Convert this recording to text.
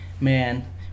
man